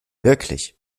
wirklich